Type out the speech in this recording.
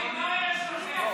מה יש לכם?